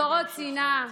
זורעות שנאה.